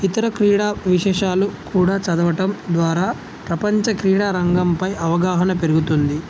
ఇతర క్రీడా విశేషాలు కూడా చదవటం ద్వారా ప్రపంచ క్రీడారంగంపై అవగాహన పెరుగుతుంది